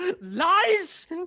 lies